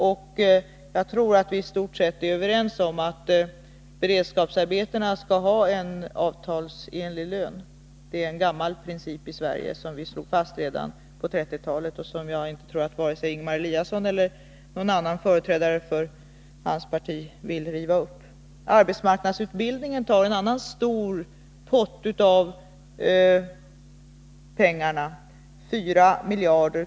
Och jag tror att vi i stort sett är överens om att det skall vara avtalsenliga löner för beredskapsarbeten — det är en gammal princip i Sverige som vi slog fast redan på 1930-talet och som jag inte tror att vare sig Ingemar Eliasson eller någon annan företrädare för hans parti vill riva upp. Arbetsmarknadsutbildningen tar en annan stor pott av pengarna, 4 miljarder.